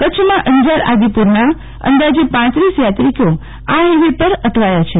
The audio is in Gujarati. કચ્છમાં અંજાર આદિપુરના અદાજે ઉપ યાત્રિકો આ હાઈવે પર અટવાયા છે